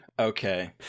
Okay